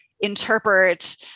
interpret